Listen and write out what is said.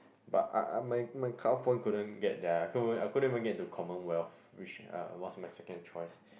but I I my my cut off point couldn't get there I couldn't even I couldn't even get into commonwealth which uh was my second choice